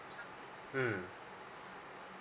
mm